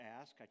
ask